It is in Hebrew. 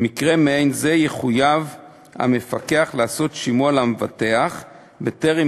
במקרה מעין זה יחויב המפקח לעשות שימוע למבטח בטרם